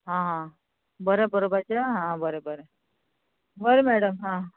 आं आं बरें बरोवपाचें आं बरें बरें बरें मॅडम हां